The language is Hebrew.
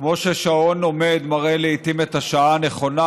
כמו ששעון עומד מראה לעיתים את השעה הנכונה,